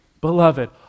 beloved